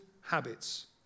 habits